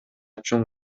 чоң